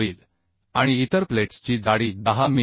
होईल आणि इतर प्लेट्सची जाडी 10 मि